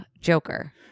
Joker